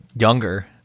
younger